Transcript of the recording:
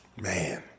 Man